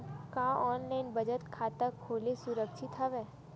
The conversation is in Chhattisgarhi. का ऑनलाइन बचत खाता खोला सुरक्षित हवय?